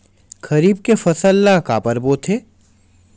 खरीफ के फसल ला काबर बोथे?